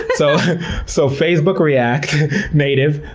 so so facebook react native,